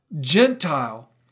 Gentile